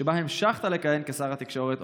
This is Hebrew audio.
שבה המשכת לכהן כשר התקשורת,